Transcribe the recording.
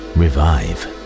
revive